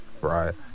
right